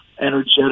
energetic